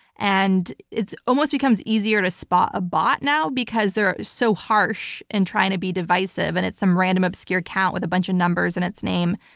and it almost becomes easier to spot a bot now because they're so harsh and trying to be divisive and it's some random obscure count with a bunch of numbers in its name.